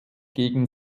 gegen